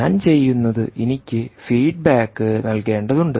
ഞാൻ ചെയ്യുന്നത് എനിക്ക് ഫീഡ്ബാക്ക് നൽകേണ്ടതുണ്ട്